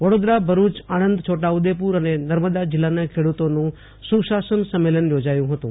વડોદરા ભરૂચ આણંદ છોટા ઉદેપુર અને નર્મદા જિલ્લાઓના ખેડૂતોનું સુશાસન સંમેલન યોજાયું હતું